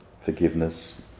forgiveness